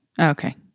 Okay